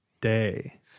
day